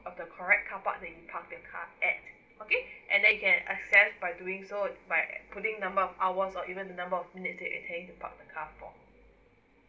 of the correct car park that you park your car at okay and then you can extend by doing so by putting number of hours or even number of minutes that you intending to park the car for